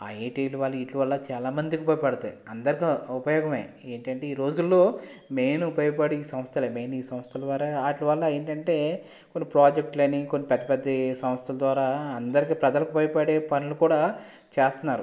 ఐఐటీలు వల్ల వీటివల్ల చాలా మందికి ఉపయోగపడతాయి అందరికి ఉపయోగమే ఏంటంటే ఈ రోజుల్లో మెయిన్ ఉపయోగపడే సంస్థలు మెయిన్ సంస్థల ద్వారా వాటి వల్ల ఏంటంటే కొన్ని ప్రాజెక్ట్లని కొన్ని పెద్ద పెద్ద సంస్థల ద్వారా అందరికీ ప్రజలకి ఉపయోగపడే పనులు కూడా చేస్తున్నారు